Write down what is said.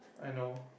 I know